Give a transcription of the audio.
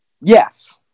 Yes